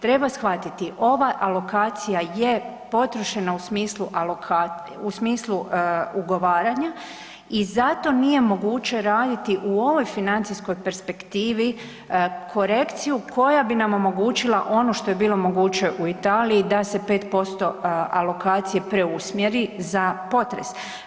Treba shvatiti ova alokacija je potrošena u smislu ugovaranja i zato nije moguće raditi u ovoj financijskoj perspektivi korekciju koja bi nam omogućila ono što je bilo moguće u Italiji da se 5% alokacije preusmjeri za potres.